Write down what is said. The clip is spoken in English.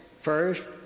first